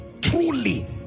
Truly